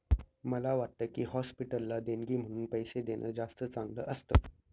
मला वाटतं की, हॉस्पिटलला देणगी म्हणून पैसे देणं जास्त चांगलं असतं